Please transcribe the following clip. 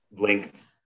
linked